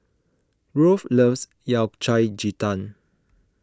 Rolf loves Yao Cai Ji Tang